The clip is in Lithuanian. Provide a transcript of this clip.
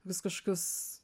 vis kažkokius